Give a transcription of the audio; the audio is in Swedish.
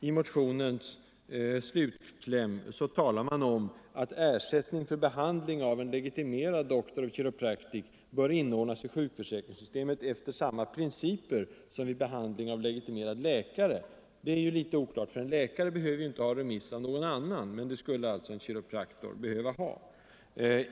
I dess slutkläm talas det om att ersättning för behandling av en legitimerad doktor i kiropraktik bör inordnas i sjukförsäkringssystemet efter samma principer som vid behandling av legitimerad läkare — det är ju litet oklart eftersom en läkare inte behöver ha remiss av en annan läkare, men det skulle alltså en kiropraktor behöva ha.